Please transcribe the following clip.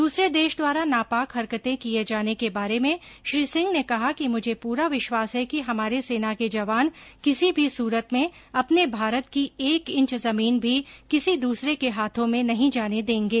दूसरे देश द्वारा नापाक हरकते किए जाने के बारे में श्री सिंह ने कहा कि मुझे पूरा विश्वास है कि हमारे सेना के जवान किसी भी सूरत में अपने भारत की एक इंच जमीन भी किसी दूसरे के हाथों में नहीं जाने देंगे